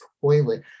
toilet